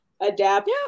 adapt